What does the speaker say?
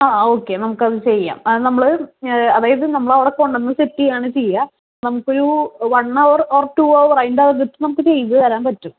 okay നമുക്കത് ചെയ്യാം അത് നമ്മള് അതായത് നമ്മളവിടെ കൊണ്ടുവന്ന് സെറ്റ് ചെയ്യുകയാണ് ചെയ്യുക നമുക്കൊരു one hour or two hour അതിനകത്തു നമുക്ക് ചെയ്തു തരാൻ പറ്റും